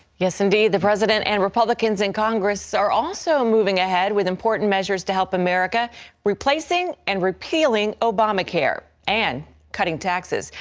yeah wendy the president and republicans in congress are also moving ahead with important measures to help america replacing and repealing obamacare. and cutting taxes.